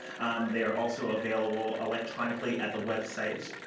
they are also available electronically at the website.